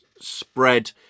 spread